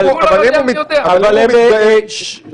אבל --- אבל אם הוא מתגאה --- ששש,